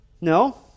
No